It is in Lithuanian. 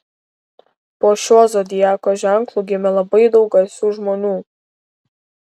po šiuo zodiako ženklu gimė labai daug garsių žmonių